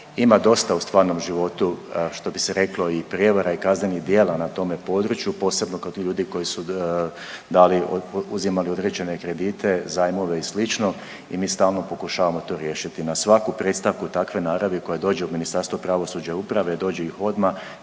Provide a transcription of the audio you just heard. ima dosta u stvarnom životu što bi se reklo i prijevara i kaznenih dijela na tome području, posebno kod ljudi koji su dali, uzimali određene kredite, zajmove i slično i mi stalno pokušavamo to riješiti, na svaku predstavku takve naravi koja dođe u Ministarstvo pravosuđa i uprave, dođe ih odmah,